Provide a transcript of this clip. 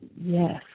yes